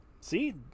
See